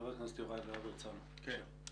חבר הכנסת יוראי להב הרצנו, בבקשה.